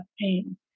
pain